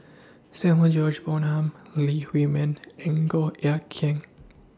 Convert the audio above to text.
Samuel George Bonham Lee Huei Min and Goh Eck Kheng